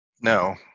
No